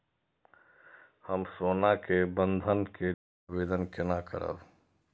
हम सोना के बंधन के लियै आवेदन केना करब?